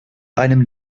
einem